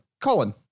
Colin